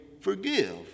forgive